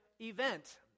event